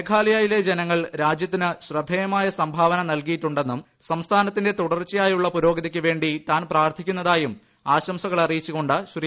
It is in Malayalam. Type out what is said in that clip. മേഘാലയിയിലെ ജനങ്ങൾ രാജ്യത്തിന് ശ്രദ്ധേയമായ സംഭാവന നൽകീയിട്ടുണ്ടെന്നും സംസ്ഥാനത്തിന്റെ തുടർച്ചയായുള്ള പുരോഗതിക്കുവേണ്ടി താൻ പ്രാർത്ഥിക്കുന്നതായും ആശംസകളറിയിച്ചുകൊണ്ട് ശ്രീ